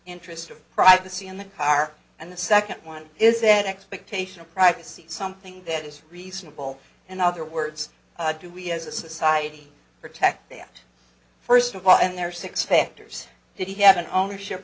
interest of privacy in the car and the second one is an expectation of privacy something that is reasonable and other words do we as a society protect they act first of all and there are six factors did he have an ownership